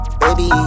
baby